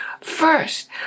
first